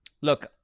Look